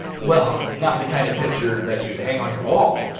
well, not the kind of picture that you'd hang on your wall.